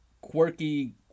quirky